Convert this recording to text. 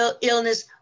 illness